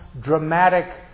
dramatic